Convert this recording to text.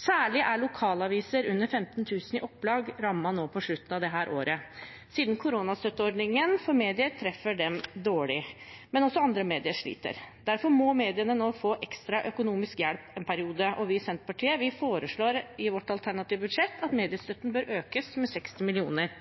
Særlig er lokalaviser med under 15 000 i opplag rammet nå på slutten av dette året, siden koronastøtteordningen for medier treffer dem dårlig, men også andre medier sliter. Derfor må mediene nå få ekstra økonomisk hjelp en periode. Vi i Senterpartiet foreslår i vårt alternative budsjett at mediestøtten bør økes med 60 mill. kr,